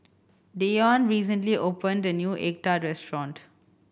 Deion recently opened a new egg tart restaurant